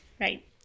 Right